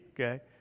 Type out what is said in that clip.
Okay